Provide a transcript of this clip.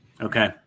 Okay